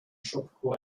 tropical